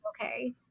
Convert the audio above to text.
okay